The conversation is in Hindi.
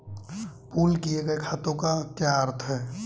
पूल किए गए खातों का क्या अर्थ है?